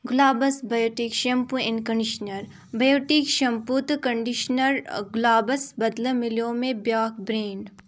گُلابَس Biotique shampoo and conditioner Biotique shampoo تہٕ conditioner گُلابَس بدلہٕ مِلیو مےٚ بیٛاکھ برٛینٛڈ